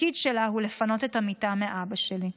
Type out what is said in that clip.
התפקיד שלה הוא לפנות את המיטה מאבא שלי.